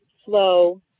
flow